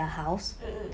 mm mm